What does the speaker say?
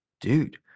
dude